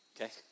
okay